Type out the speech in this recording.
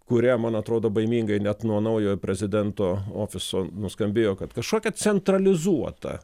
kurią man atrodo baimingai net nuo naujojo prezidento ofiso nuskambėjo kad kažkokia centralizuota